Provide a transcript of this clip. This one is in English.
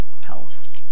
health